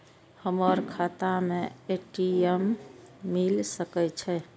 हमर खाता में ए.टी.एम मिल सके छै?